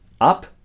up